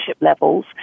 levels